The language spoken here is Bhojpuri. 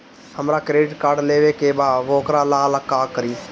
हमरा क्रेडिट कार्ड लेवे के बा वोकरा ला का करी?